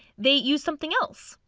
they use something else.